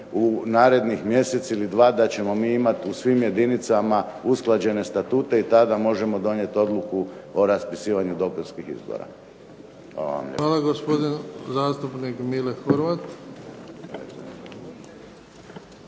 u narednih mjesec ili dva da ćemo imati u svim jedinicama usklađene statute i tada možemo donijeti odluku o raspisivanju dopunskih izbora. Hvala vam lijepo.